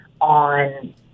on